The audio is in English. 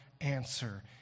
answer